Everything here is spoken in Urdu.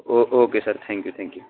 O okay sir thank you thank you